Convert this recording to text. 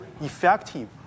effective